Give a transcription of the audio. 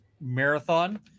Marathon